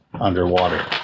underwater